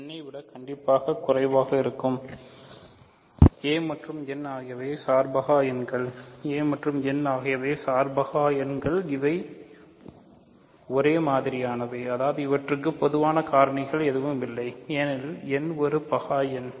n ஐ விடக் கண்டிப்பாக குறைவாக இருக்கும் a மற்றும் n ஆகியவை சார்பகா எண்கள் a மற்றும் n ஆகியவை சார்பகா எண்கள் இவை ஒரே மாதிரியானவை அதாவது அவற்றுக்கு பொதுவான காரணிகள் எதுவும் இல்லை ஏனெனில் n ஒரு பகா எண்